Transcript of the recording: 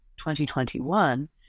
2021